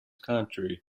county